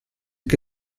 che